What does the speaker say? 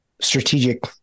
strategic